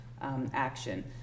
action